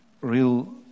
real